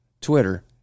Twitter